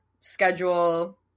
schedule